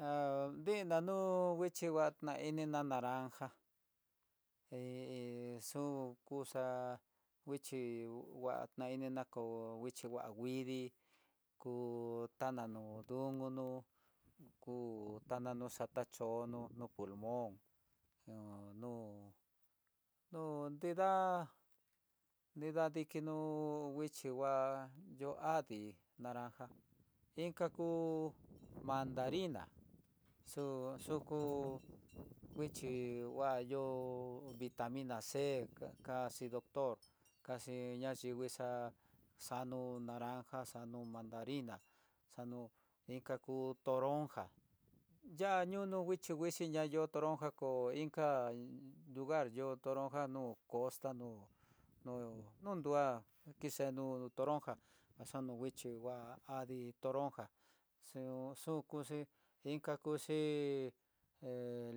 Há nínna ñuu nguixhi nguá ná ininá naranja, he xu yuxá nguixhi nguá na ininá kó nguixhi nguá nguidii, kutanó ndukunu ku tananó xakachonó, nó pulmon há nu nida nida dikino nguixhi ngua, yo adii naranja inka kú madarina xu xuyu nguixhi nguá yo'ó, vitamona c kaxi doctor kaxi nguaxhi nguixa xanu naranja, xanu mandarina, xanu iin kaku toronja yañono nguixhi nguixhi ño no toronja ko inka lugar yo'ó toronja nó costano no nonruá, kixeno toronja axono nguixhi nguá adii toronja xió xukuxi, inkakuxi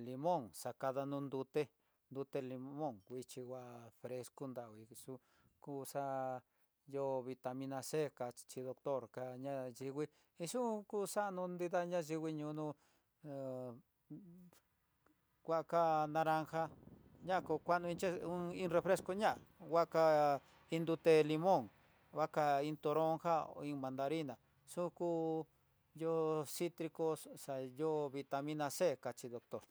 limón xakado no nrute nrute limón xakadanó nrute limon nguixhi nguá fresco dangui xu kuxa yo'ó vitamina c kaxhi docotor ká ña yivii yuku xano ná yinguii ñono ha nguaka naranjan na ko kano che iin refresco ñá nguaka iin duté limón nguaka iin toronja iin mandariná xuku yó citrico yo vitamina c kachi doctor.